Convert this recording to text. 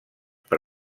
per